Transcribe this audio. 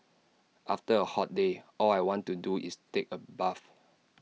after A hot day all I want to do is take A bath